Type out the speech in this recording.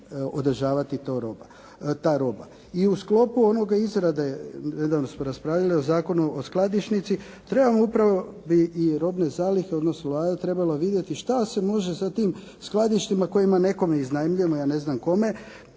održavati ta roba. I u sklopu onoga izrade, nedavno smo raspravljali o Zakonu o skladišnici, trebamo upravo bi i robne zalihe, odnosno Vlada trebala vidjeti šta se može sa tim skladištima koje nekome iznajmljujemo, ja ne znam tome,